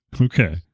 Okay